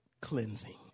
cleansing